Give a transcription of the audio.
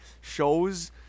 shows